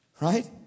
Right